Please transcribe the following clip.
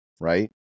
right